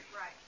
Right